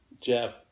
Jeff